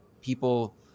people